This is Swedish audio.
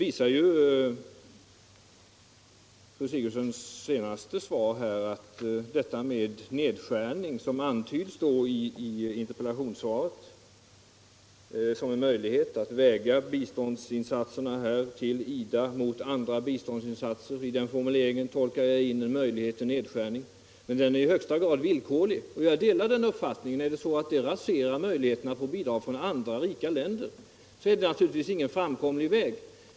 I formuleringen i interpellationssvaret att fortsatta bidrag till IDA får ”vägas mot andra möjliga biståndsinsatser” tolkar jag in möjligheter till en nedskärning, men fru Sigurdsens senaste inlägg visar att denna möjlighet är i högsta grad villkorlig. Jag delar uppfattningen att om detta raserar möjligheterna att få bidrag från andra rika länder, så är det naturligtvis ingen framkomlig väg.